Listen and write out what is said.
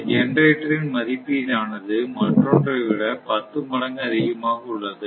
ஒரு ஜெனரேட்டர் இன் மதிப்பீடானது மற்றொன்றை விட பத்துமடங்கு அதிகமாக உள்ளது